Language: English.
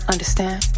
Understand